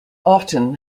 often